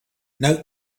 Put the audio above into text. note